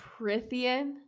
Prithian